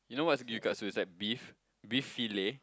you know what's gyukatsu it's like beef beef fillet